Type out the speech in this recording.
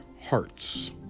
Hearts